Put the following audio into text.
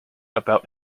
about